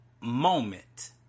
moment